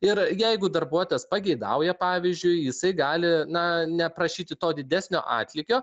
ir jeigu darbuotojas pageidauja pavyzdžiui jisai gali na neprašyti to didesnio atlygio